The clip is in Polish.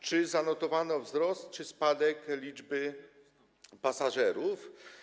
Czy zanotowano wzrost czy spadek liczby pasażerów?